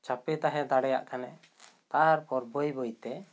ᱪᱟᱯᱮ ᱛᱟᱦᱮᱸ ᱫᱟᱲᱮᱭᱟᱜ ᱠᱷᱟᱱᱮ ᱛᱟᱨ ᱯᱚᱨ ᱵᱟᱹᱭ ᱵᱟᱹᱭ ᱛᱮ